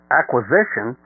acquisition